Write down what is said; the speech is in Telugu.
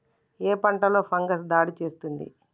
ఏ పంటలో ఫంగస్ దాడి చేస్తుంది?